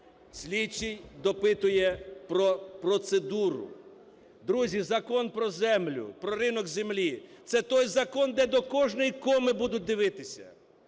слідчий допитує про процедуру. Друзі, Закон про землю, про ринок землі, це той закон, де до кожної коми будуть дивитися,